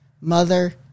mother